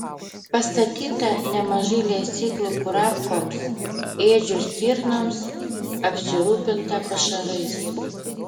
pastatyta nemažai lesyklų kurapkoms ėdžių stirnoms apsirūpinta pašarais